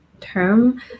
term